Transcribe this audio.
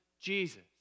Jesus